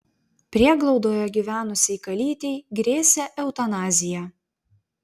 prieglaudoje gyvenusiai kalytei grėsė eutanazija